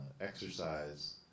exercise